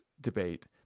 debate